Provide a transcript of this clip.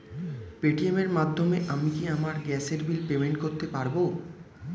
Paytm এর মাধ্যমে আমি কি আমার গ্যাসের বিল পেমেন্ট করতে পারব?